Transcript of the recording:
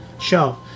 show